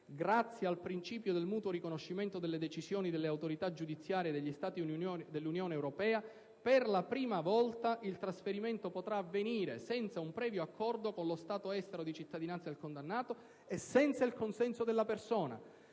Grazie al principio del mutuo riconoscimento delle decisioni delle autorità giudiziarie degli Stati dell'Unione europea, per la prima volta il trasferimento potrà avvenire senza un previo accordo con lo Stato estero di cittadinanza del condannato e senza il consenso della persona.